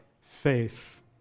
faith